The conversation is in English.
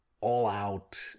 all-out